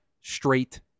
straight